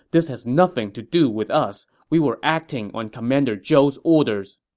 this has nothing to do with us. we were acting on commander zhou's orders.